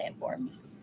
landforms